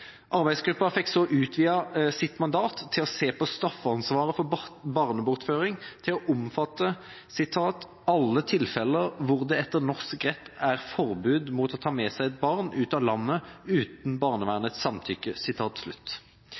arbeidsgruppa å utvide straffeansvaret for barnebortføring til å omfatte alle tilfelle der det etter norsk rett er forbod mot å ta med seg eit barn ut av landet utan samtykke